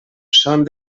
són